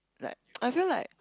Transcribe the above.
like I feel like